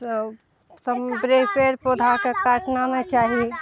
सब सब पेड़े पौधाके काटना नहि चाही